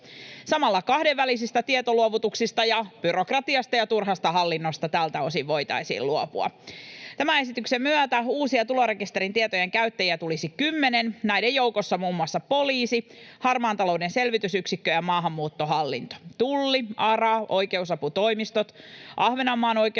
Samalla kahdenvälisistä tietoluovutuksista ja byrokratiasta ja turhasta hallinnosta tältä osin voitaisiin luopua. Tämän esityksen myötä uusia tulorekisterin tietojen käyttäjiä tulisi kymmenen, näiden joukossa muun muassa poliisi, Harmaan talouden selvitysyksikkö ja maahanmuuttohallinto, Tulli, ARA, oikeusaputoimistot, Ahvenanmaan oikeusapu-